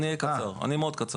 אדבר ממש בקצרה.